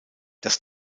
das